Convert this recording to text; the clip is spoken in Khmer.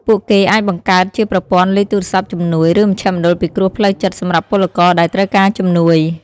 ពួកគេអាចបង្កើតជាប្រព័ន្ធលេខទូរស័ព្ទជំនួយ ឬមជ្ឈមណ្ឌលពិគ្រោះផ្លូវចិត្តសម្រាប់ពលករដែលត្រូវការជំនួយ។